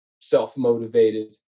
self-motivated